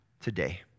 today